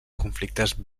conflictes